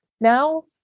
Now